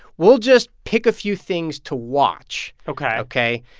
we'll just pick a few things to watch ok ok,